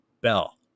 Bell